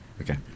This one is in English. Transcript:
Okay